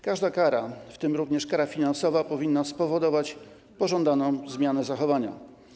Każda kara, w tym również kara finansowa, powinna spowodować pożądaną zmianę zachowania.